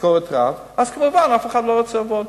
משכורת רעב, אז כמובן אף אחד לא רוצה לעבוד.